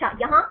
अच्छा यहाँ